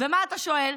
ומה אתה שואל?